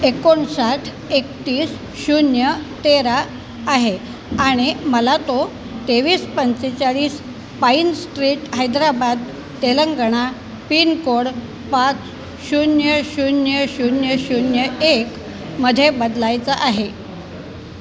एकोणसाठ एकतीस शून्य तेरा आहे आणि मला तो तेवीस पंचेचाळीस pine street Hyderabad Telangana pin code पाच शून्य शून्य शून्य शून्य एकमध्ये बदलायचं आहे